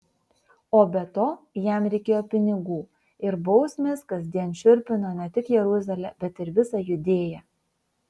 o be to jam reikėjo pinigų ir bausmės kasdien šiurpino ne tik jeruzalę bet ir visą judėją